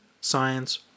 Science